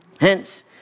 Hence